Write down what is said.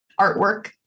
artwork